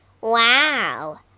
Wow